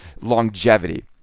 longevity